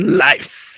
lives